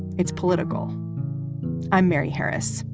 it's political i'm mary harris.